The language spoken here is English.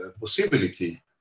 possibility